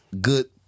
good